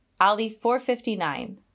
Ali459